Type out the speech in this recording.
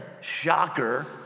shocker